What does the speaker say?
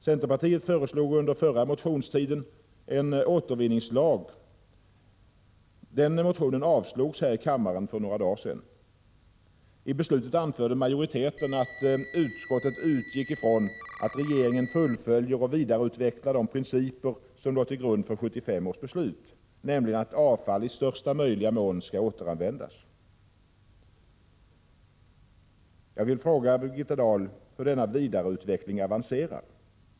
Centerpartiet föreslog under förra motionstiden en återvinningslag. Den motionen avslogs här i kammaren för några dagar sedan. I beslutet anförde majoriteten att utskottet utgick ifrån att regeringen fullföljer och vidareutvecklar de principer som låg till grund för 1975 års beslut, nämligen att avfall i största möjliga mån skall återanvändas. Jag vill fråga Birgitta Dahl hur denna vidareutveckling avancerar.